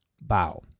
bow